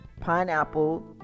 pineapple